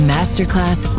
Masterclass